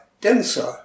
denser